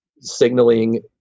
signaling